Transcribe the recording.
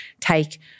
take